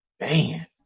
Man